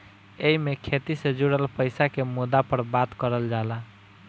एईमे खेती से जुड़ल पईसा के मुद्दा पर बात करल जाला